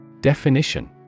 Definition